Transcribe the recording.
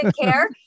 care